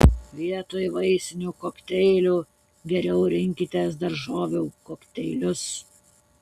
vietoj vaisinių kokteilių geriau rinkitės daržovių kokteilius